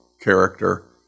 character